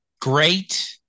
great